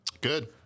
Good